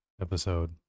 episode